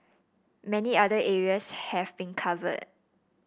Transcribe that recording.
many other areas have been covered